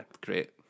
great